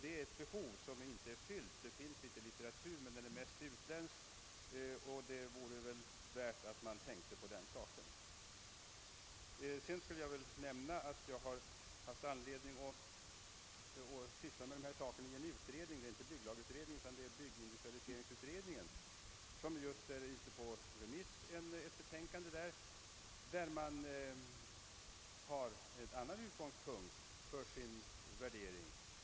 Det finns inte mycket litteratur på detta område — den som finns är till övervägande delen utländsk — och det vore väl värt att man tänkte på den saken. Jag har haft anledning att syssla med dessa saker i byggindustrialiseringsutredningen. Ett betänkande från denna utredning är just nu ute på remiss. Denna utredning har haft en annan utgångspunkt för sin värdering.